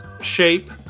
shape